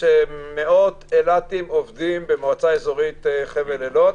מאות אילתים עובדים במועצה אזורית חבל אילות.